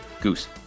Goose